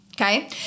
Okay